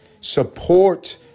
Support